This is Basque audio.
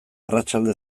arratsalde